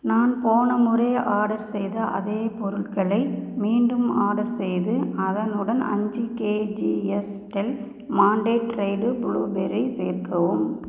நான் போன முறை ஆடர் செய்த அதே பொருட்களை மீண்டும் ஆடர் செய்து அதனுடன் அஞ்சி kgs Del Monte dried blueberry சேர்க்கவும்